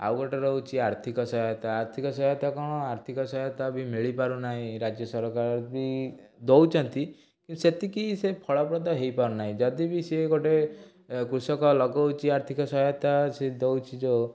ଆଉଗୋଟେ ରହୁଛି ଆର୍ଥିକ ସହାୟତା ଆର୍ଥିକ ସହାୟତା କ'ଣ ଆର୍ଥିକ ସହାୟତା ବି ମିଳିପାରୁନାହିଁ ରାଜ୍ୟ ସରକାର ବି ଦେଉଛନ୍ତି ସେତିକି ସେ ଫଳପ୍ରଦ ହେଇପାରୁନହିଁ ଯଦି ବି ସେ ଗୋଟେ କୃଷକ ଏ ଲଗାଉଛି ଆର୍ଥିକ ସହାୟତା ସେ ଦେଉଛି ଯେଉଁ